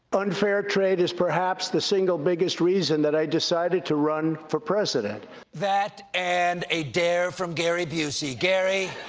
but unfair trade is perhaps the single biggest reason that i decided to run for president stephen that, and a dare from gary busey. gary,